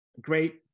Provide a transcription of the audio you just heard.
great